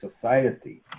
society